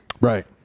Right